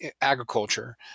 agriculture